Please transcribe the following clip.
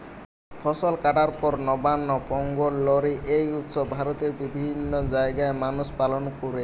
ফসল কাটার পর নবান্ন, পোঙ্গল, লোরী এই উৎসব ভারতের বিভিন্ন জাগায় মানুষ পালন কোরে